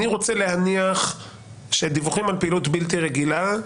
אני רוצה להניח שדיווחים על פעילות בלתי רגילה,